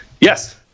Yes